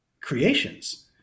creations